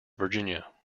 virginia